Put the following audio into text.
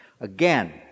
Again